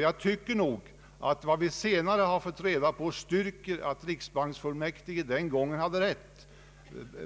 Jag tycker att vad vi senare har fått veta styrker att riksbanksfullmäktige den gången hade rätt.